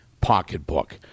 pocketbook